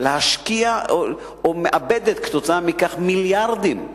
להשקיע או מאבדת כתוצאה מכך מיליארדים,